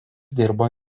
dirbo